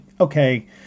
okay